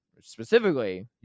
Specifically